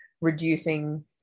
reducing